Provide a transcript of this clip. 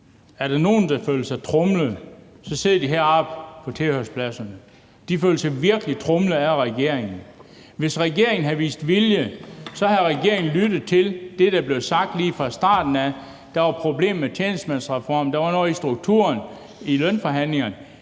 Er der nogen, der føler sig tromlet, så sidder de heroppe på tilhørerpladserne. De føler sig virkelig tromlet af regeringen. Hvis regeringen havde vist vilje, havde regeringen lyttet til det, der blev sagt lige fra starten af, nemlig at der var problemer med tjenestemandsreformen, og at der var noget i strukturen i lønforhandlingerne.